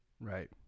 Right